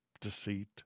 Deceit